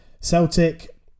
Celtic